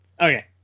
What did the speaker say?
Okay